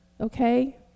Okay